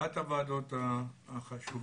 אחרת הוועדות החשובות